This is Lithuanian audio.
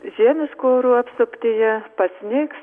žiemiškų orų apsuptyje pasnigs